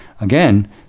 Again